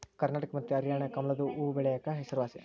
ಕರ್ನಾಟಕ ಮತ್ತೆ ಹರ್ಯಾಣ ಕಮಲದು ಹೂವ್ವಬೆಳೆಕ ಹೆಸರುವಾಸಿ